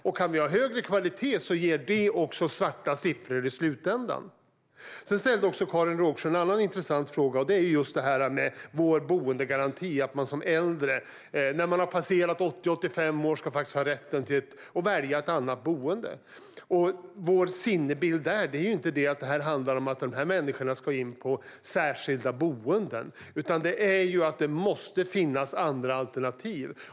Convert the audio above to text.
Kan man ha högre kvalitet ger det också svarta siffror i slutändan. Sedan ställde Karin Rågsjö en annan intressant fråga om vårdboendegaranti, att man som äldre, när man har passerat 80-85 år, ska ha rätt att välja ett annat boende. Vår sinnebild här är ju inte att det handlar om att dessa människor ska in på särskilda boenden, utan vår sinnebild är ju att det måste finnas andra alternativ.